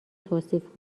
توصیف